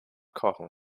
kochen